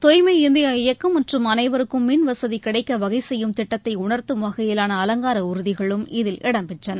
தூய்மை இந்தியா இயக்கம் மற்றும் அனைவருக்கும் மின்வசதி கிடைக்க வகை செய்யும் திட்டத்தை உணர்த்தும் வகையிலான அவங்கார ஊர்திகளும் இதில் இடம்பெற்றன